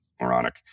Moronic